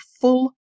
full